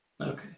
Okay